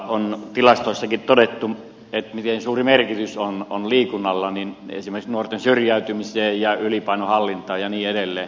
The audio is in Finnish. on tilastoissakin todettu miten suuri merkitys on liikunnalla esimerkiksi nuorten syrjäytymiseen ja ylipainon hallintaan ja niin edelleen